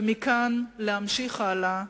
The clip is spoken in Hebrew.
ומכאן להמשיך הלאה